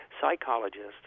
psychologists